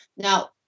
Now